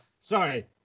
sorry